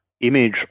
image